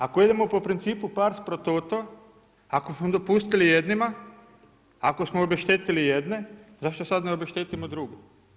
Ako idemo po principu „pars pro toto“, ako smo dopustili jednima, ako smo obeštetili jedne zašto sada ne obeštetimo druge?